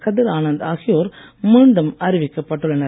கதிர்ஆனந்த் ஆகியோர் மீண்டும் அறிவிக்கப்பட்டுள்ளனர்